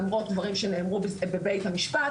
למרות דברים שנאמרו בבית המשפט